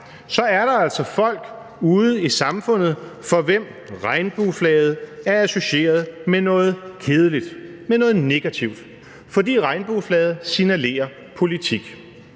så er der altså folk ude i samfundet, for hvem regnbueflaget er associeret med noget kedeligt, med noget negativt, fordi regnbueflaget signalerer politik.